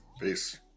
Peace